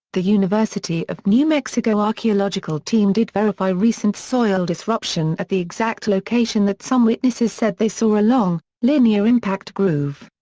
the university of new mexico archaeological team did verify recent soil disruption at the exact location that some witnesses said they saw a long, linear impact groove.